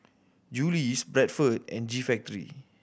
Julie's Bradford and G Factory